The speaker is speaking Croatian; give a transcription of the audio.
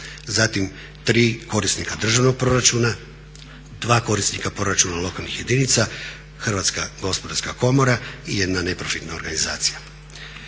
Zatim 3 korisnika državnog proračuna, 2 korisnika proračuna lokalnih jedinica, Hrvatska gospodarska komora i 1 neprofitna organizacija.